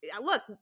Look